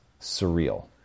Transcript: surreal